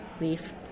Leaf